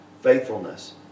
faithfulness